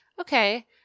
okay